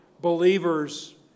believers